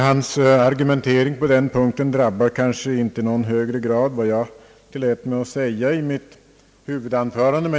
Hans argumentering på den punkten drabbar kanske inte i någon högre grad vad jag tillät mig att säga i mitt huvudanförande.